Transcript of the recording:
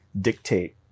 dictate